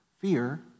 fear